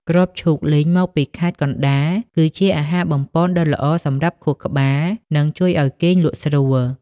គ្រាប់ឈូកលីងមកពីខេត្តកណ្តាល គឺជាអាហារបំប៉នដ៏ល្អសម្រាប់ខួរក្បាល និងជួយឱ្យគេងលក់ស្រួល។